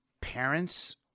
parents